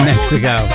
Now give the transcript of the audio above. Mexico